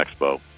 Expo